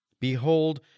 Behold